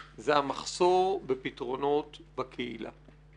זה המחסור בפתרונות בקהילה.